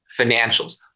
financials